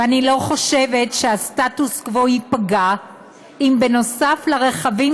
ואני לא חושבת שהסטטוס-קוו ייפגע אם נוסף על הרכבים